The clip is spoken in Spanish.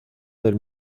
del